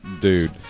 dude